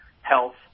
health